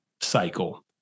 cycle